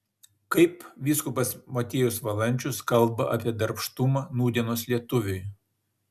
kaip vyskupas motiejus valančius kalba apie darbštumą nūdienos lietuviui